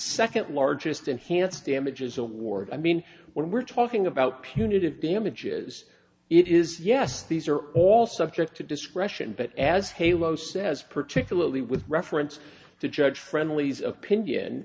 second largest enhanced damages award i mean when we're talking about punitive damages it is yes these are all subject to discretion but as halo says particularly with reference to judge friendly's opinion